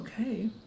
Okay